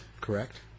Correct